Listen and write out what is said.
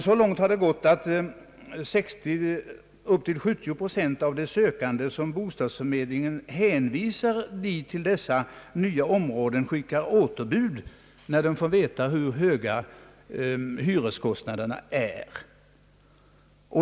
Så långt har det gått, att 60—70 procent av de sökande, som bostadsförmedlingen hänvisar till dessa nya områden, skickar återbud när de får veta hur höga hyreskostnaderna är.